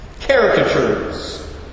caricatures